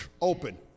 open